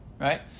right